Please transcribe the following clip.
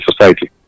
society